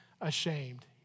ashamed